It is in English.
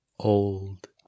Old